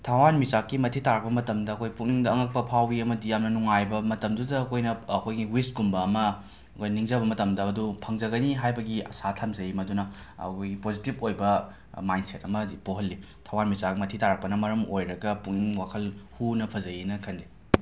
ꯊꯋꯥꯟ ꯃꯤꯆꯥꯛꯀꯤ ꯃꯊꯤ ꯇꯥꯔꯛꯄ ꯃꯇꯝꯗ ꯑꯩꯈꯣꯏ ꯄꯨꯛꯅꯤꯡꯗ ꯑꯉꯛꯄ ꯐꯥꯎꯏ ꯑꯃꯗꯤ ꯌꯥꯝꯅ ꯅꯨꯡꯉꯥꯏꯕ ꯃꯇꯝꯗꯨꯗ ꯑꯩꯈꯣꯏꯅ ꯑꯩꯈꯣꯏꯒꯤ ꯋꯤꯁꯀꯨꯝꯕ ꯑꯃ ꯑꯩꯈꯣꯏ ꯅꯤꯡꯖꯕ ꯃꯇꯝꯗ ꯃꯗꯨ ꯐꯪꯖꯒꯅꯤ ꯍꯥꯏꯕꯒꯤ ꯑꯥꯁꯥ ꯊꯝꯖꯩ ꯃꯗꯨꯅ ꯑꯩꯈꯣꯏꯒꯤ ꯄꯣꯖꯤꯇꯤꯕ ꯑꯣꯏꯕ ꯃꯥꯏꯟꯁꯦꯠ ꯑꯃꯗꯤ ꯄꯣꯛꯍꯜꯂꯤ ꯊꯋꯥꯟ ꯃꯤꯆꯥꯛ ꯃꯊꯤ ꯇꯥꯔꯛꯄꯅ ꯃꯔꯝ ꯑꯣꯏꯔꯒ ꯄꯨꯛꯅꯤꯡ ꯋꯥꯈꯜ ꯍꯨꯅ ꯐꯖꯩꯌꯦꯅ ꯈꯜꯂꯤ